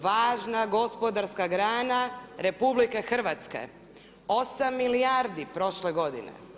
Važna gospodarska grana RH, 8 milijardi prošle godine.